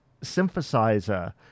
synthesizer